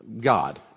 God